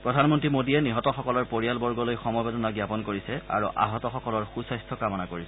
প্ৰধানমন্ত্ৰী মোদীয়ে নিহতসকলৰ পৰিয়ালবৰ্গলৈ সমবেদনা জ্ঞাপন কৰিছে আৰু আহতসকলৰ সুস্বাস্থ্য কামনা কৰিছে